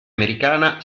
americana